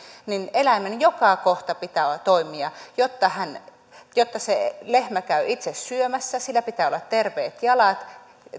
eläimen joka kohdan pitää toimia jotta se lehmä käy itse syömässä sillä pitää olla terveet jalat